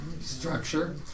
structure